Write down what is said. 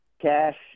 cash